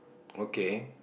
okay